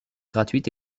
gratuite